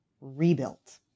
rebuilt